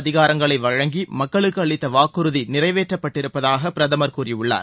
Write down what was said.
அதிகாரங்களை வழங்கி மக்களுக்கு அளித்த வாக்குறுதி நிறைவேற்ற்ப்பட்டிருப்பதாக பிரதமர் கூறியுள்ளார்